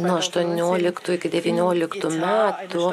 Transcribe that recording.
nuo aštuonioliktų iki devynioliktų metų